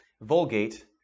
Vulgate